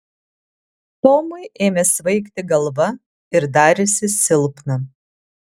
tomui ėmė svaigti galva ir darėsi silpna